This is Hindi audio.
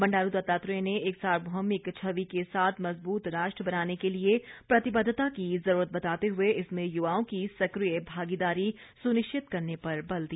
बंडारू दत्तात्रेय ने एक सार्वभौमिक छवि के साथ मजबूत राष्ट्र बनाने के लिए प्रतिबद्धता की जरूरत बताते हुए इसमें युवाओं की सक्रिय भागीदारी सुनिश्चित करने पर बल दिया